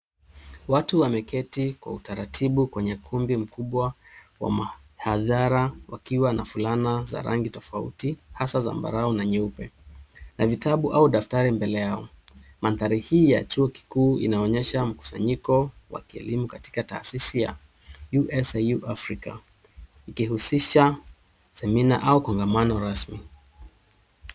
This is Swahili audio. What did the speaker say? Watu wameketi kwa utaratibu kwenye ukumbi mkubwa wa mahadhara wakiwa na fulana za rangi tofauti hasa zambarau na nyeupe, na vitabu au daftari mbele yao. Mandhari hii ya chuo kikuu inaonyesha mkusanyiko wa kielimu katika taasisi ya USIU Africa ikihusisha semina au kungamano rasmi.